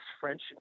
French